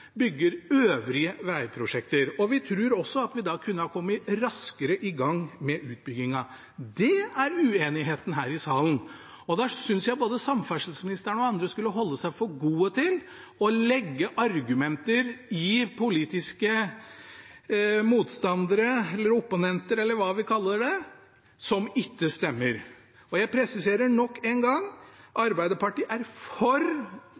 bygger øvrige vegprosjekter. Vi tror også at vi da kunne ha kommet raskere i gang med utbyggingen. Dét er uenigheten her i salen. Da synes jeg både samferdselsministeren og andre skulle holde seg for god til å legge argumenter til politiske motstandere, eller opponenter – eller hva vi kaller det – som ikke stemmer. Jeg presiserer nok en gang: Arbeiderpartiet er for